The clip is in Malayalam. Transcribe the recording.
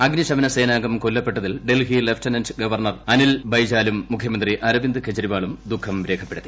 അഗ്നിശമന സേനാംഗം കൊല്ലപ്പെട്ടതിൽ ഡൽഹി ലെഫ്റ്റനന്റ് ഗവർണർ അനിൽ ബൈജാലും മുഖ്യമന്ത്രി അരവിന്ദ് കെജ്രിവാളും ദുഃഖം രേഖപ്പെടുത്തി